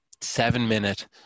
seven-minute